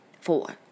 Four